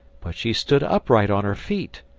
but she stood upright on her feet.